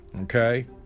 okay